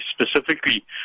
specifically